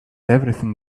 everything